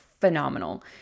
phenomenal